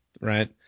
right